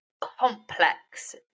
complex